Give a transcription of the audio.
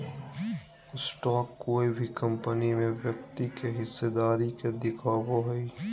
stock कोय भी company में व्यक्ति के हिस्सेदारी के दिखावय हइ